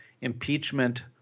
impeachment